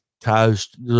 toast